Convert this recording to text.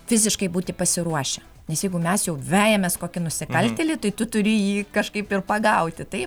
fiziškai būti pasiruošę nes jeigu mes jau vejamės kokį nusikaltėlį turi jį kažkaip ir pagauti tai